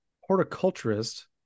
horticulturist